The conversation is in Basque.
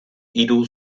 hiru